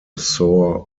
sore